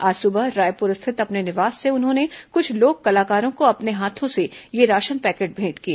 आज सुबह रायपुर स्थित अपने निवास से उन्होंने कुछ लोक कलाकारों को अपने हाथों ये राशन पैकेट भेंट किए